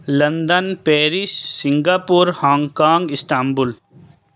London Paris Singapore Hong Kong Istanbul